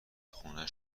خونه